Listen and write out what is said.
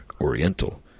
Oriental